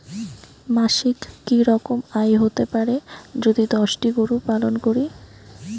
মাসিক কি রকম আয় হতে পারে যদি দশটি গরু পালন করি?